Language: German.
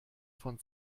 von